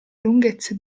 lunghezze